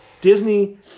Disney